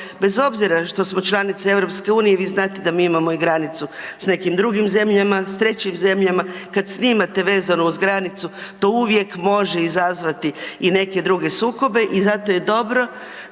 bez obzira što smo članice EU vi znate da mi imamo i granicu s nekim drugim zemljama, s trećim zemljama. Kad snimate vezano uz granicu to uvijek može izazvati i neke druge sukobe i zato je dobro